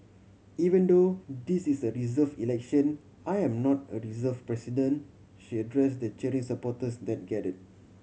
even though this is a reserve election I am not a reserve president she address the cheering supporters that gather